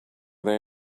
they